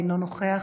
אינו נוכח,